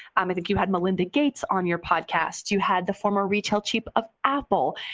i mean think you had melinda gates on your podcast. you had the former retail chief of apple,